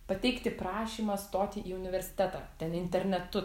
pateikti prašymą stoti į universitetą ten internetu